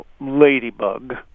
ladybug